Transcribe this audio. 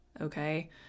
Okay